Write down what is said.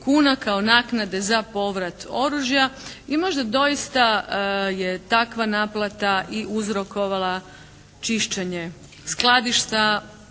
kuna kao naknade za povrat oružja. I možda doista je takva naplata i uzrokovala čišćenje skladišta